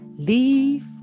leave